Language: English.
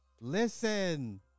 Listen